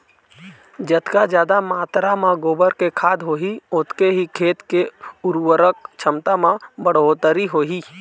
जतका जादा मातरा म गोबर के खाद होही ओतके ही खेत के उरवरक छमता म बड़होत्तरी होही